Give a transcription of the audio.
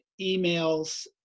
emails